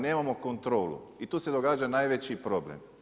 Nemamo kontrolu i tu se događa najveći problem.